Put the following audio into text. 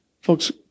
Folks